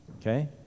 Okay